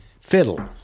fiddle